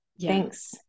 Thanks